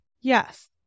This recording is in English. Yes